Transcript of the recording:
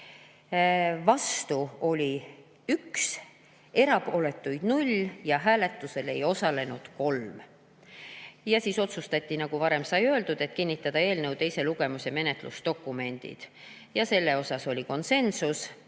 vastu 1, erapooletuid 0 ja hääletusel ei osalenud 3. Ja siis otsustati, nagu varem sai öeldud, kinnitada eelnõu teise lugemise menetlusdokumendid. Selles oli konsensus: